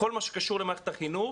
כל מה שקשור למערכת החינוך,